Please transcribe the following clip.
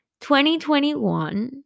2021